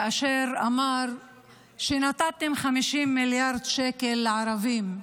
שאמר שנתתם 50 מיליארד שקל לערבים,